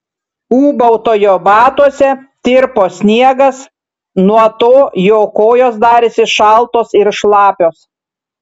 ūbautojo batuose tirpo sniegas nuo to jo kojos darėsi šaltos ir šlapios